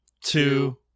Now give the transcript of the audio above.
two